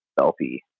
LP